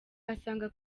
asanga